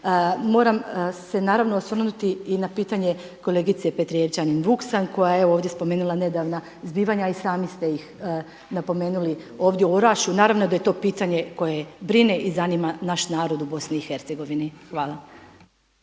Moram se osvrnuti i na pitanje kolegice Petrijevčanin Vuksanović koja je spomenula nedavna zbivanja i sami ste napomenuli ovdje u Orašju. Naravno da je to pitanje koje brine i zanima naš narod u BiH. Hvala.